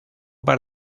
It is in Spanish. par